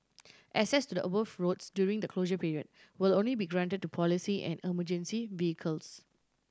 access to the above roads during the closure period will only be granted to police and emergency vehicles